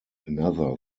another